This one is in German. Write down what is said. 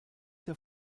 der